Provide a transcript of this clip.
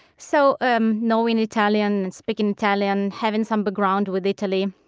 so um knowing italian and speaking italian, having some background with italy,